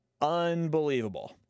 unbelievable